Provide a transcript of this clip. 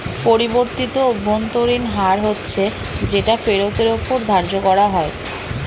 পরিবর্তিত অভ্যন্তরীণ হার হচ্ছে যেটা ফেরতের ওপর ধার্য করা হয়